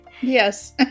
Yes